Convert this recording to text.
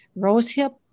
rosehip